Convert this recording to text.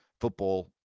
football